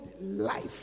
life